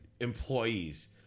employees